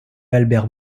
albert